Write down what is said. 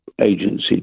agency